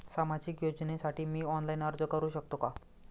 सामाजिक योजनेसाठी मी ऑनलाइन अर्ज करू शकतो का?